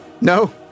No